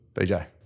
BJ